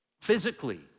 physically